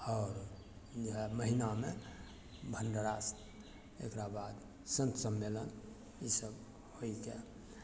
आओर जे हइ महीनामे भण्डारा एकरा बाद सन्त सम्मेलन ईसब होइके